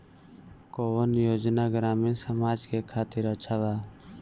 कौन योजना ग्रामीण समाज के खातिर अच्छा बा?